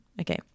Okay